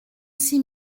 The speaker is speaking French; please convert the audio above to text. six